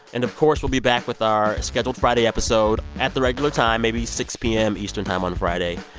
and, of course, we'll be back with our scheduled friday episode at the regular time, maybe six p m. eastern time on friday.